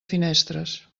finestres